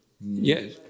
Yes